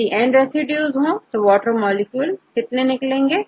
यदिN residues तो कितने water molecule निकलेंगे